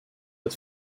but